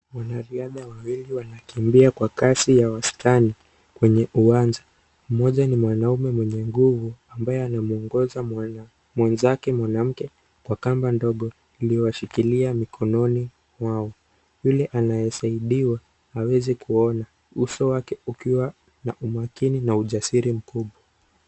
Wanariadha wawili wanakimbia kasi ya wasichana, kwenye uwanja. Mmoja ni mwanaume mwenye nguvu ambaye amemwongoza mwana, mwenzake mwanamke, kwa kamba ndogo iliyowashikilia mikononi mwao. Ule anayesaidiwa, hawezi kuona, uso wake ukiwa na umakini na ujasiri mkuu.